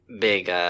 big